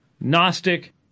Gnostic